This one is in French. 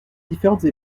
différentes